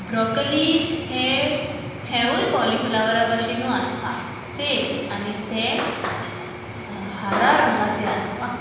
broccoli हें हेंवूय कॉलीफ्लावरा भाशेनूय आसता सेम आनी ते हारा रंगाचे आसता